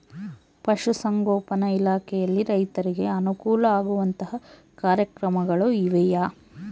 ಪಶುಸಂಗೋಪನಾ ಇಲಾಖೆಯಲ್ಲಿ ರೈತರಿಗೆ ಅನುಕೂಲ ಆಗುವಂತಹ ಕಾರ್ಯಕ್ರಮಗಳು ಇವೆಯಾ?